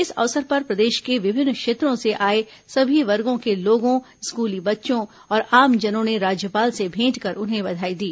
इस अवसर पर प्रदेश के विभिन्न क्षेत्रों से आए सभी वर्गो के लोगों स्कूली बच्चों और आमजनों ने राज्यपाल से भेंट कर उन्हें बधाई दी